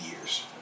years